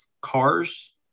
Cars